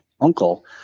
uncle